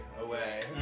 away